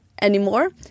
anymore